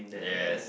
yes